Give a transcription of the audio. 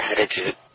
attitude